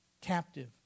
captive